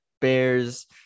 Bears